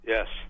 Yes